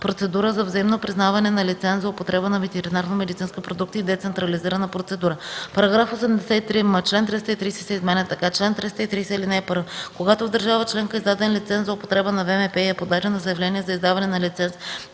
„Процедура за взаимно признаване на лиценз за употреба на ветеринарномедицински продукти и децентрализирана процедура”. § 83м. Член 330 се изменя така: „Чл. 330. (1) Когато в държава членка е издаден лиценз за употреба на ВМП, и е подадено заявление за издаване на лиценз